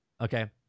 Okay